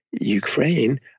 Ukraine –